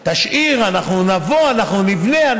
תשאיר, אנחנו נבוא, אנחנו נבנה.